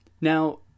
Now